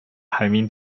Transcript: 排名